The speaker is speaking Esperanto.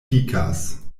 pikas